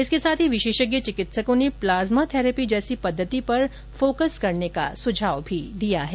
इसके साथ ही विशेषज्ञ चिकित्सकों ने प्लाज्मा थैरेपी जैसी पद्धति पर फोकस करने का सुझाव दिया है